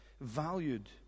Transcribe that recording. valued